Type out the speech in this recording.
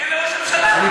תפרגן לראש הממשלה.